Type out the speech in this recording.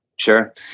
Sure